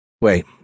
Wait